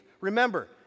Remember